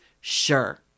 Sure